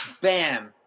Bam